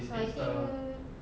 so I think